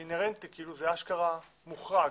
אינהרנטי, זה אשכרה מוחרג.